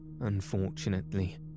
unfortunately